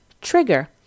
trigger